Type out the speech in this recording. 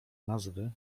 nazwy